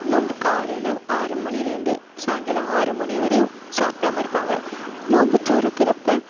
நோன்பு காலையில் ஆறு மணிலேருந்து சாயங்காலம் ஆறு மணி வரையும் சாப்பிடாம இருப்பாங்க நோன்பு திறக்கறப்ப